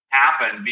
happen